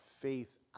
faith